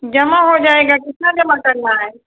जमा हो जाएगा कितना जमा करना है